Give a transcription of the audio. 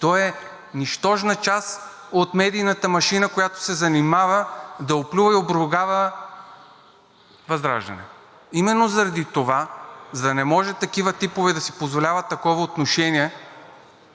Това е нищожна част от медийната машина, която се занимава да оплюва и обругава ВЪЗРАЖДАНЕ. Именно заради това, за да не могат такива типове да си позволяват такова отношение,